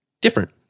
different